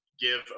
Give